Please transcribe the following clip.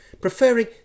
preferring